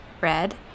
Red